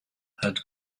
had